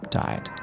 died